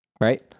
right